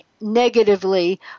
negatively